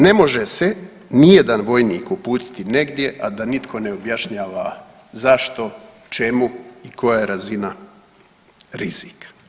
Ne može se nijedan vojnik uputiti negdje a da nitko ne objašnjava zašto, čemu i koja je razina rizika.